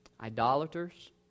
idolaters